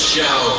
Show